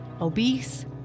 Obese